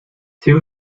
two